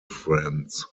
friends